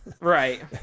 Right